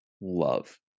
love